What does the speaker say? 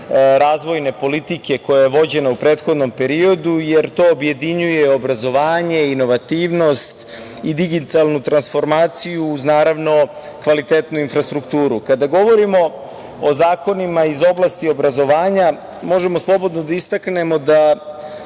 razvojne politike koja je vođena u prethodnom periodu, jer to objedinjuje obrazovanje, inovativnost i digitalnu transformaciju, uz kvalitetnu infrastrukturu. Kada govorimo o zakonima iz oblasti obrazovanja, možemo slobodno da istaknemo da